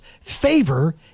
Favor